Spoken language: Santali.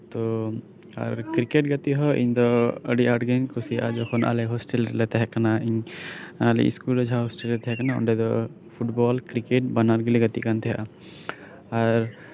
ᱛᱚ ᱟᱨ ᱠᱨᱤᱠᱮᱴ ᱜᱟᱛᱮᱜ ᱦᱚᱸ ᱤᱧ ᱫᱚᱟᱰᱤ ᱟᱸᱴ ᱜᱮᱧ ᱠᱩᱥᱤᱭᱟᱜᱼᱟ ᱡᱚᱠᱷᱚᱱ ᱟᱞᱮ ᱦᱳᱥᱴᱮᱞ ᱨᱮᱞᱮ ᱛᱟᱦᱮᱸ ᱠᱟᱱᱟ ᱤᱧ ᱟᱞᱮ ᱥᱠᱩᱞ ᱨᱮ ᱡᱟᱦᱟᱸ ᱦᱳᱥᱴᱮᱞ ᱛᱟᱦᱮᱸ ᱠᱟᱱᱟ ᱚᱸᱰᱮ ᱫᱚ ᱯᱷᱩᱴᱵᱚᱞ ᱠᱨᱤᱠᱮᱴ ᱵᱟᱱᱟᱨ ᱜᱮᱞᱮ ᱜᱟᱛᱮᱜ ᱠᱟᱱ ᱛᱮᱦᱮᱸᱫᱼᱟ ᱟᱨ